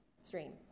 stream